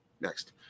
Next